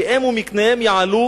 כי הם ומקניהם יעלו